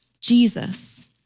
Jesus